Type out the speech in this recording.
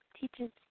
teaches